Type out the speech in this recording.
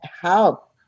help